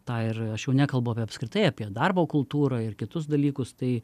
tą ir aš jau nekalbu apie apskritai apie darbo kultūrą ir kitus dalykus tai